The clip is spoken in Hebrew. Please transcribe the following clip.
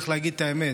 צריך להגיד את האמת.